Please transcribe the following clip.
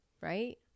right